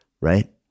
right